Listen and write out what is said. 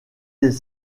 des